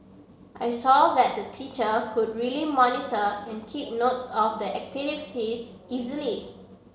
I saw that the teacher could really monitor and keep notes of the activities easily